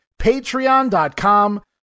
patreon.com